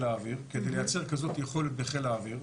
האוויר כדי לייצר כזאת יכולת בחיל האוויר,